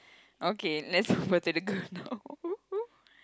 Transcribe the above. okay let's go over to the girl now